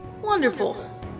Wonderful